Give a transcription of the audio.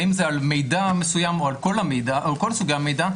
האם זה על מידע מסוים או על כל סוגי המידע,